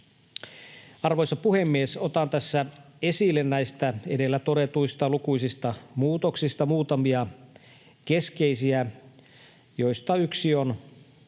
Arvoisa puhemies! Otan tässä esille näistä edellä todetuista lukuisista muutoksista muutamia keskeisiä, joista yksi on